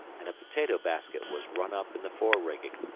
and a potato-basket was run up in the fore-rigging.